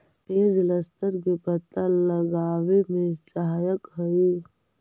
पेड़ जलस्तर के पता लगावे में सहायक हई